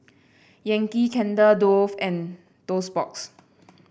Yankee Candle Dove and Toast Box